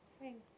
Thanks